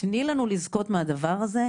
תני לנו לזכות מהדבר הזה.